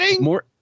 More